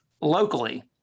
locally